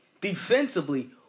defensively